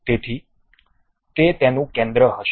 તેથી તે તેનું કેન્દ્ર હશે